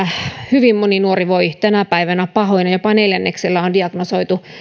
hyvin moni nuori voi tänä päivänä pahoin ja ja jopa neljänneksellä on diagnosoitu